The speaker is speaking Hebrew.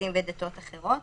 טקסים ודתות אחרות.